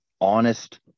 honest